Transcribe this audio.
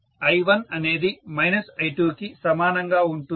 I1 అనేది I2 కి సమానంగా ఉంటుంది